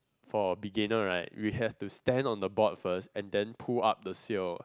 for beginner right we have to stand on the board first and then pull up the seal